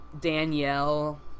Danielle